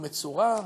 הוא מצורע?